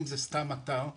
אם זה אתר אחר,